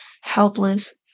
helpless